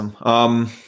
Awesome